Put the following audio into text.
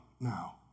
Now